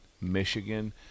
Michigan